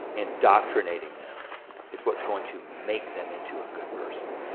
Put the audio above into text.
indoctrinating them it's what's going to make them into a good person.